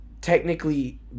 technically